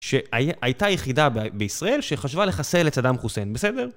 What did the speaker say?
שהייתה היחידה בישראל שחשבה לחסל את סאדם חוסן, בסדר?